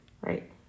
Right